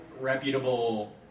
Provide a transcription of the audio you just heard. reputable